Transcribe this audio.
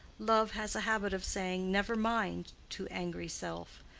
love has a habit of saying never mind to angry self,